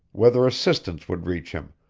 whether assistance would reach him,